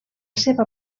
seva